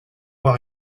voie